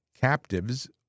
Captives